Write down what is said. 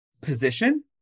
position